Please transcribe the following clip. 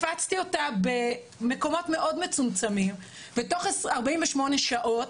הפצתי אותה במקומות מאוד מצומצמים ותוך 48 שעות,